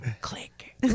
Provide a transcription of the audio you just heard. Click